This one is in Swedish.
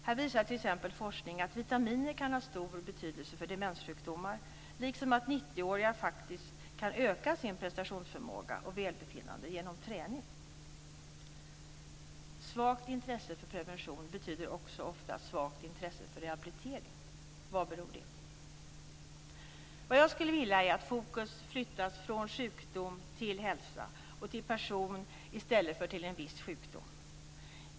Här visar t.ex. forskning att vitaminer kan ha stor betydelse för demenssjukdomar liksom att 90-åringar faktiskt kan öka sin prestationsförmåga och sitt välbefinnande genom träning. Svagt intresse för prevention betyder också ofta svagt intresse för rehabilitering. Vad beror det på? Vad jag skulle vilja är att fokus flyttas från sjukdom till hälsa och till person i stället för till en viss sjukdom.